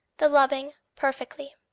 the loving, perfectly.